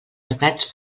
teclats